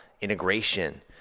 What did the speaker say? integration